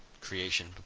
creation